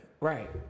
Right